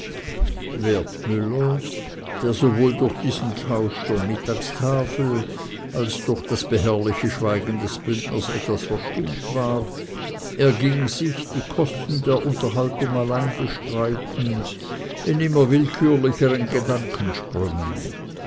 wertmüller der sowohl durch diesen tausch der mittagstafel als durch das beharrliche schweigen des bündners etwas verstimmt war erging sich die kosten der unterhaltung allein bestreitend in immer willkürlicheren